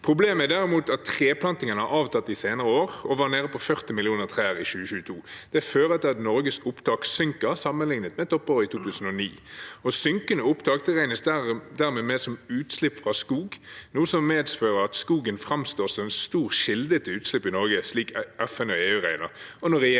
Problemet er derimot at treplantingen har avtatt de senere år og var nede i 40 millioner trær i 2022. Det fører til at Norges opptak synker sammenlignet med toppåret i 2009. Synkende opptak regnes dermed som utslipp fra skog, noe som medfører at skogen framstår som en stor kilde til utslipp i Norge – slik FN og EU regner,